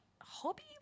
hobby